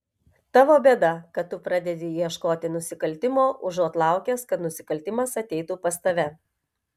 tavo bėda kad tu pradedi ieškoti nusikaltimo užuot laukęs kad nusikaltimas ateitų pas tave